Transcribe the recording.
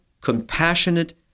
compassionate